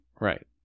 Right